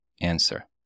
answer